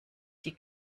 die